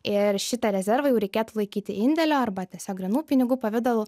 ir šitą rezervą jau reikėtų laikyti indėlio arba tiesiog grynų pinigų pavidalu